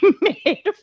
made